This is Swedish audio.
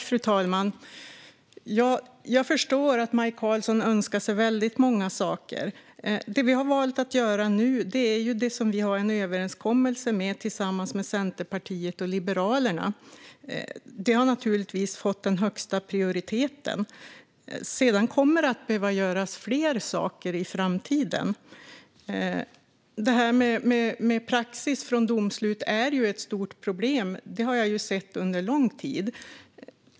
Fru talman! Jag förstår att Maj Karlsson önskar sig väldigt många saker. Det som vi har valt att göra nu är det som vi har en överenskommelse med Centerpartiet och Liberalerna om. Det har naturligtvis fått den högsta prioriteten. Sedan kommer det att behöva göras fler saker i framtiden. Praxis från domslut är ett stort problem, och det har jag sett under lång tid.